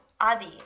Adi